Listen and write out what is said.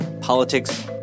politics